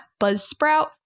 Buzzsprout